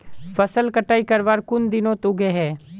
फसल कटाई करवार कुन दिनोत उगैहे?